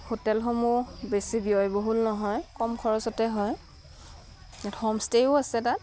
হোটেলসমূহ বেছি ব্যয়বহুল নহয় কম খৰচতে হয় ইয়াত হোমষ্টেও আছে তাত